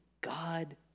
God